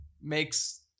makes